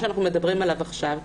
שאנו מדברים עליו עכשיו,